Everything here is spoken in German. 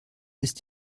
ist